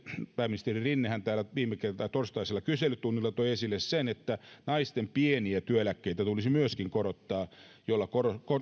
pääministeri rinnehän täällä viime torstaisella kyselytunnilla toi esille sen että naisten pieniä työeläkkeitä tulisi myöskin korottaa millä